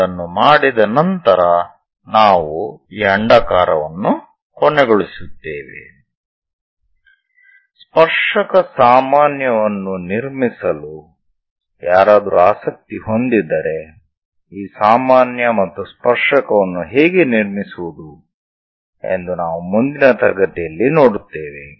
ಅದನ್ನು ಮಾಡಿದ ನಂತರ ನಾವು ಈ ಅಂಡಾಕಾರ ವನ್ನು ಕೊನೆಗೊಳಿಸುತ್ತೇವೆ ಸ್ಪರ್ಶಕ ಸಾಮಾನ್ಯವನ್ನು ನಿರ್ಮಿಸಲು ಯಾರಾದರು ಆಸಕ್ತಿ ಹೊಂದಿದ್ದರೆ ಈ ಸಾಮಾನ್ಯ ಮತ್ತು ಸ್ಪರ್ಶಕವನ್ನು ಹೇಗೆ ನಿರ್ಮಿಸುವುದು ಎಂದು ನಾವು ಮುಂದಿನ ತರಗತಿಯಲ್ಲಿ ನೋಡುತ್ತೇವೆ